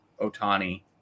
otani